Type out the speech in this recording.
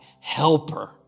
helper